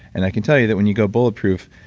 and i can tell you that when you go bulletproof,